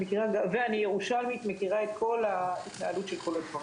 ואני ירושלמית ומכירה את כל ההתנהלות של כל הדברים.